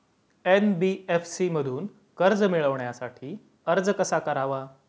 NBFC मधून कर्ज मिळवण्यासाठी अर्ज कसा करावा?